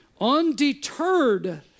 Undeterred